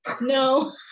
No